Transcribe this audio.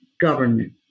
government